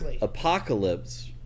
Apocalypse